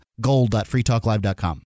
gold.freetalklive.com